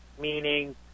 meaning